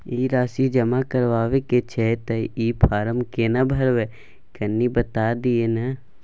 ई राशि जमा करबा के छै त ई फारम केना भरबै, कनी बता दिय न?